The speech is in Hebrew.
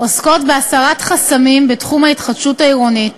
עוסקות בהסרת חסמים בתחום ההתחדשות העירונית